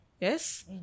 Yes